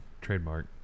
trademark